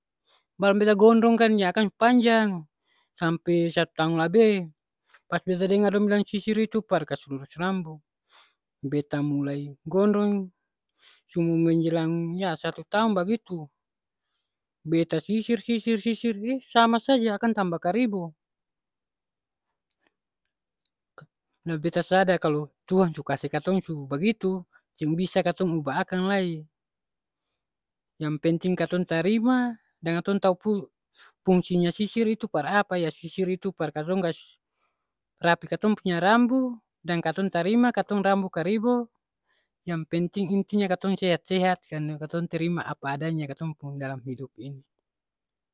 Barang beta gondrong kan jadi akang panjang. Sampe satu taong labe. Pas beta dengar dong bilang sisir itu par kas lurus rambu, beta mulai gondrong su mo menjelang ya satu taong bagitu, beta sisir sisir sisir, eh sama saja akang tamba karibo. La beta sadar kalo tuhan su kase katong su bagitu, seng bisa katong ubah akang lai. Yang penting katong tarima, deng katong tau pungsinya sisir itu par apa ya sisir itu par katong ka rapi katong punya rambu, dan katong tarima katong rambu karibo, yang penting intinya katong sehat-sehat, karna katong terima apa adanya katong pung dalam hidup ini.